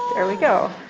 there we go.